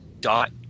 dot